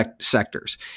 sectors